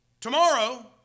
Tomorrow